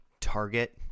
Target